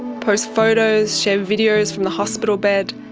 post photos, share videos from the hospital bed,